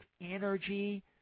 energy